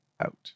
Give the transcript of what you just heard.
out